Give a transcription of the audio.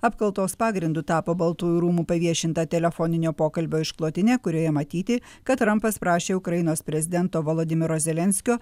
apkaltos pagrindu tapo baltųjų rūmų paviešinta telefoninio pokalbio išklotinė kurioje matyti kad trampas prašė ukrainos prezidento volodymyro zelenskio